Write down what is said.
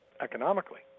economically